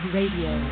Radio